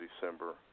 December